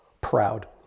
proud